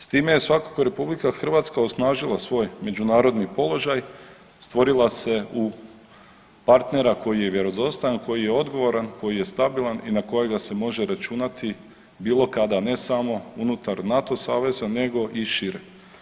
S time je svakako RH osnažila svoj međunarodni položaj, stvorila se u partnera koji je vjerodostojan, koji je odgovoran, koji je stabilan i na kojega se može računati bilo kada, a ne samo unutar NATO saveza nego i šire.